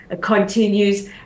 continues